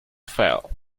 fell